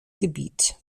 gebiet